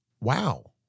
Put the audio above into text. Wow